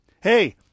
hey